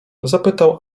zapytał